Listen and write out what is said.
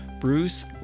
bruce